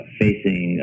facing